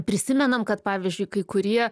prisimenam kad pavyzdžiui kai kurie